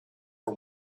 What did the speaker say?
for